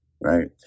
Right